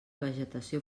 vegetació